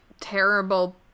terrible